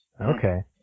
Okay